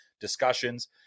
discussions